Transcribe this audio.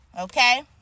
okay